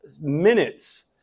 minutes